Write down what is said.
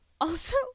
Also-